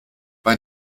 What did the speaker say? bei